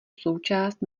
součást